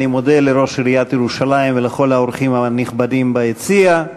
אני מודה לראש עיריית ירושלים ולכל האורחים הנכבדים ביציע,